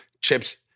chips